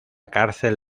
cárcel